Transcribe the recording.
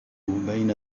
بين